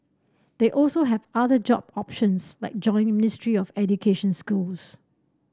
they also have other job options like joining Ministry of Education schools